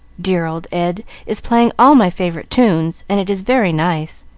dear old ed is playing all my favorite tunes, and it is very nice.